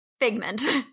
Figment